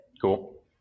Cool